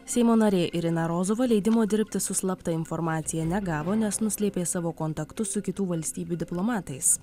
seimo narė irina rozova leidimo dirbti su slapta informacija negavo nes nuslėpė savo kontaktus su kitų valstybių diplomatais